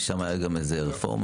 כי שם גם הייתה איזה שהיא רפורמה.